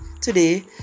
Today